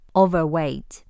overweight